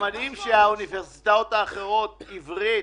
המדהים הוא שהאוניברסיטאות האחרות - אם זה העברית,